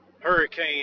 Hurricane